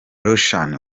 roshan